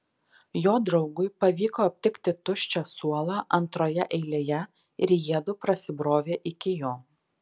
jo draugui pavyko aptikti tuščią suolą antroje eilėje ir jiedu prasibrovė iki jo